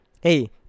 hey